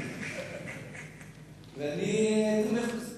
אני תומך בזה.